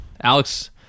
Alex